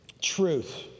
truth